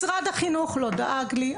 משרד החינוך לא דאג לי,